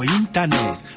internet